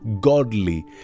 godly